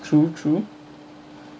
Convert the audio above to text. true true